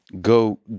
go